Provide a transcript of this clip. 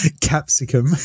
Capsicum